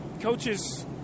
Coaches